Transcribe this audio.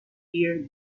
ear